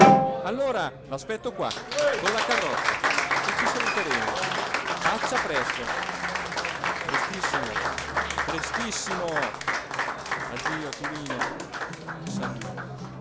eh allora l'aspetto qua con la carrozza e ci saluteremo faccia presto prestissimo prestissimo addio tinino e s'avviò